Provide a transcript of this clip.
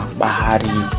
bahari